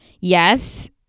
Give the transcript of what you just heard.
Yes